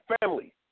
family